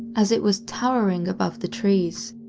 as it was towering above the trees.